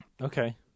Okay